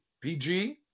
PG